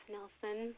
Nelson